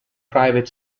private